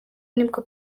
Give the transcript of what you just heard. nibwo